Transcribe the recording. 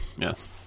Yes